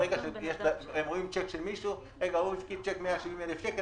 ברגע שהם רואים צ'ק של מישהו הוא הפקיד צ'ק של 170,000 שקל,